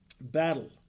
battle